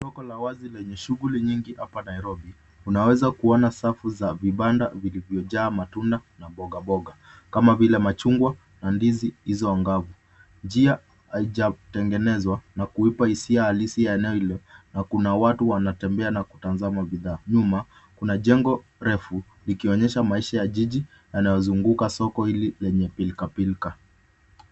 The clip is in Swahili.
Soko la uwazi lenye shughuli nyingi hapa Nairobi. Unaweza kuona safu za vibanda vilivyojaa matunda na mbogamboga kama vile machungwa na ndizi hizo angavu. Njia haijatengenezwa na kuipa hisia halisi yanayo na kuna watu wanatembea na kutazama bidhaa. Nyuma kuna jengo refu likionyesha maisha ya jiji ynayozunguka soko hili lenye pilikapilika.